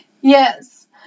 Yes